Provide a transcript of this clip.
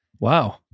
Wow